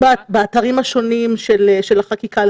באתרים השונים של החקיקה.